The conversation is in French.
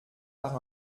par